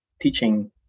teaching